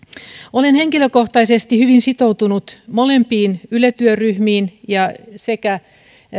olen henkilökohtaisesti hyvin sitoutunut molempiin yle työryhmiin sekä